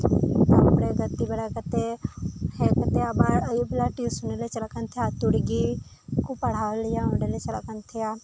ᱛᱟᱯᱚᱨᱮ ᱜᱟᱛᱮ ᱵᱟᱲᱟ ᱠᱟᱛᱮᱫ ᱦᱮᱡ ᱠᱟᱛᱮᱫ ᱟᱵᱟᱨ ᱟᱹᱭᱩᱵ ᱵᱮᱲᱟ ᱴᱤᱭᱩᱥᱚᱱᱞᱮ ᱪᱟᱞᱟᱜ ᱠᱟᱱ ᱛᱟᱦᱮᱱᱟ ᱟᱛᱳ ᱨᱮᱜᱮ ᱠᱚ ᱯᱟᱲᱦᱟᱣ ᱞᱮᱭᱟ ᱚᱸᱰᱮᱞᱮ ᱪᱟᱞᱟᱜ ᱠᱟᱱ ᱛᱟᱦᱮᱱᱟ